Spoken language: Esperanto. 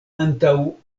antaŭ